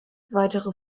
weitere